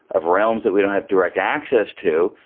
of realms that we don't have direct access to,